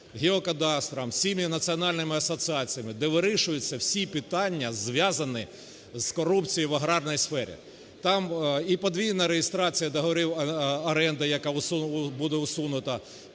геокадастром, всіма національними асоціаціями, де вирішуються всі питання, зв'язані з корупцією в аграрній сфері. Там і подвійна реєстрація договорів оренди, яка буде усунута,